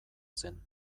zen